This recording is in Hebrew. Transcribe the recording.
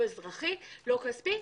לא אזרחי, לא כספי.